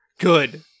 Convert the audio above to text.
good